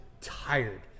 tired